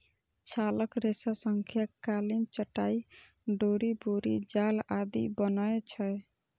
छालक रेशा सं कालीन, चटाइ, डोरि, बोरी जाल आदि बनै छै